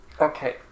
Okay